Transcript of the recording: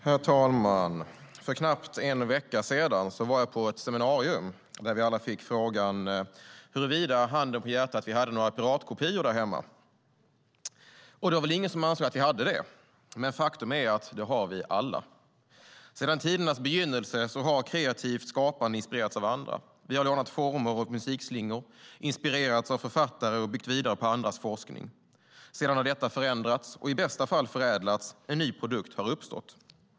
Herr talman! För knappt en vecka sedan var jag på ett seminarium där vi alla fick frågan huruvida - handen på hjärtat - vi hade några piratkopior därhemma. Det var väl ingen som ansåg att vi hade det, men faktum är att det har vi alla. Sedan tidernas begynnelse har kreativt skapande inspirerats av andra. Vi har lånat former och musikslingor, inspirerats av författare och byggt vidare på andras forskning. Sedan har detta förändrats och i bästa fall förädlats, och en ny produkt har uppstått.